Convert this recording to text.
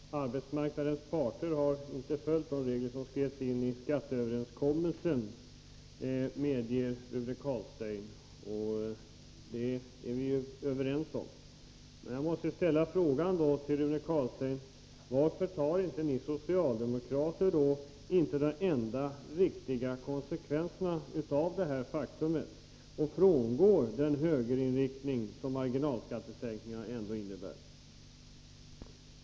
Herr talman! Arbetsmarknadens parter har inte följt de regler som skrevs in i skatteöverenskommelsen, medger Rune Carlstein. På den punkten är vi överens. Men jag måste ändå fråga Rune Carlstein varför ni socialdemokrater inte tar den enda riktiga konsekvensen av detta faktum och frångår den högerinriktning som marginalskattesänkningen ändå innebär.